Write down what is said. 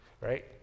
right